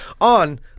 On